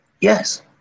Yes